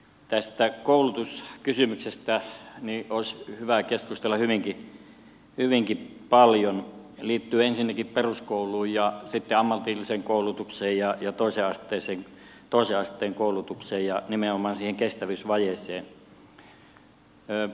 tästä koulutuskysymyksestä olisi hyvä keskustella hyvinkin paljon se liittyy ensinnäkin peruskouluun ja sitten ammatilliseen koulutukseen toisen asteen koulutukseen ja nimenomaan siihen kestävyysvajeeseen